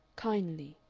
kindly,